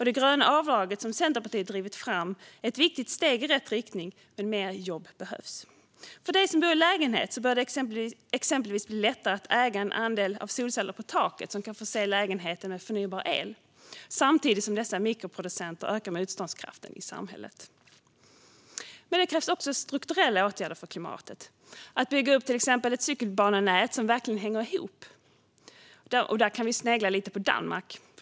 Det gröna avdraget som Centerpartiet drivit fram är ett viktigt steg i rätt riktning, men mer jobb behövs. För dig som bor i lägenhet bör det exempelvis bli lättare att äga en andel av solceller på taket som kan förse lägenheten med förnybar el, samtidigt som dessa mikroproducenter ökar motståndskraften i samhället. Det krävs också strukturella åtgärder för klimatet. Det handlar om att till exempel bygga upp ett cykelbanenät som verkligen hänger ihop. Där kan vi snegla lite på Danmark.